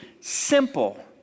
simple